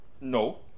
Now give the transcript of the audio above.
No